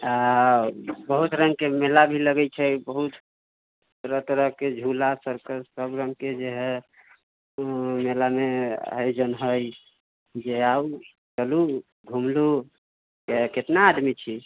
बहुत रङ्गके मेला भी लगै छै बहुत तरह तरहके झूला सबके सब रङ्ग के जे है मेलामे अइजन है जे आउ चलु घूम लू केतना आदमी छी